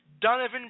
Donovan